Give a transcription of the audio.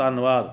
ਧੰਨਵਾਦ